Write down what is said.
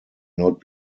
not